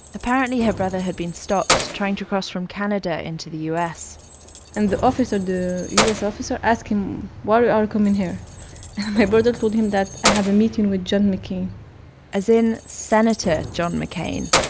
apparently her brother had been stopped trying to cross from canada into the u s and the officer, the u s. officer, ask him why are coming here? and my brother told him that i have a meeting with john mccain as in senator john mccain.